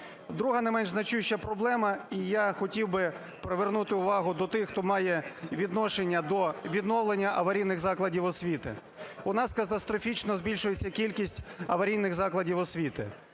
Друга, не менш значуща, проблема, і я хотів би привернути увагу до тих, хто має відношення до відновлення аварійних закладів освіти. У нас катастрофічно збільшується кількість аварійних закладів освіти.